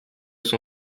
son